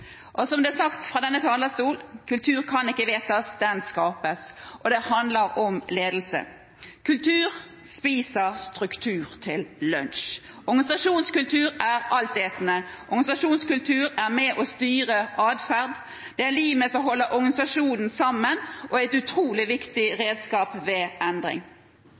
Og som det er sagt fra denne talerstol: Kultur kan ikke vedtas – den skapes. Det handler om ledelse. Kultur spiser struktur til lunsj. Organisasjonskultur er altetende, organisasjonskultur er med på å styre adferd, det er limet som holder organisasjonen sammen, og er et utrolig viktig redskap ved endring.